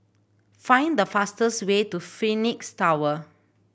find the fastest way to Phoenix Tower